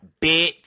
bitch